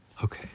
Okay